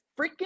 Freaking